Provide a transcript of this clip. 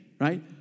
right